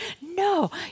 No